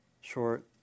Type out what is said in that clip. short